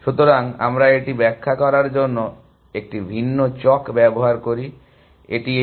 সুতরাং আমরা এটি ব্যাখ্যা করার জন্য একটি ভিন্ন চক ব্যবহার করি